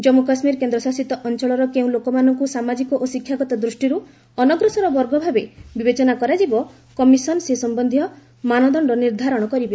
ଜମ୍ମୁ କାଶ୍ମୀର କେନ୍ଦ୍ରଶାସିତ ଅଞ୍ଚଳର କେଉଁ ଲୋକମାନଙ୍କୁ ସାମାଜିକ ଓ ଶିକ୍ଷାଗତ ଦୃଷ୍ଟିରୁ ଅନଗ୍ରସର ବର୍ଗ ଭାବେ ବିବେଚନା କରାଯିବ କମିଶନ୍ ସେ ସମ୍ଭନ୍ଧୀୟ ମାନଦଣ୍ଡ ନିର୍ଦ୍ଧାରଣ କରିବେ